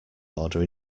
order